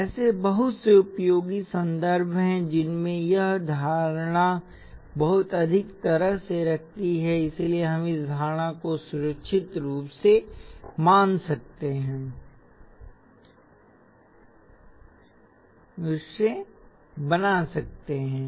ऐसे बहुत से उपयोगी संदर्भ हैं जिनमें यह धारणा बहुत अच्छी तरह से रखती है इसलिए हम इस धारणा को सुरक्षित रूप से बना सकते हैं